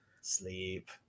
sleep